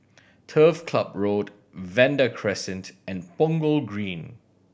Turf Club Road Vanda Crescent and Punggol Green